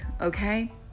okay